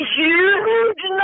huge